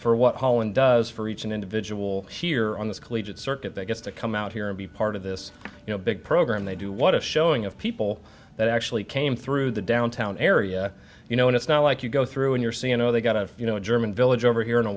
for what holland does for each individual here on this collegiate circuit that gets to come out here and be part of this you know big program they do what a showing of people that actually came through the downtown area you know it's not like you go through in your scieno they got a you know a german village over here and a